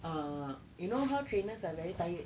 uh you know how trainers are very tired